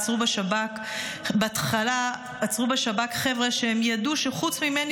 עצרו בשב"כ חבר'ה שהם ידעו שחוץ ממני